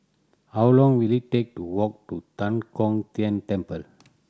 how long will it take to walk to Tan Kong Tian Temple